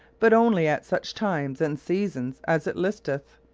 but only at such times and seasons as it listeth,